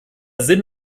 sinn